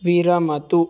विरमतु